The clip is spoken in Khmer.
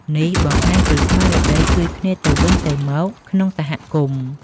នេះបង្ហាញពីស្មារតីជួយគ្នាទៅវិញទៅមកក្នុងសហគមន៍។